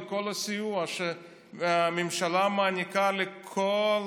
בכל הסיוע שהממשלה מעניקה לכל